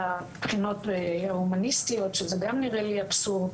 הבחינות ההומניסטיות שזה גם נראה לי אבסורד,